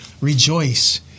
rejoice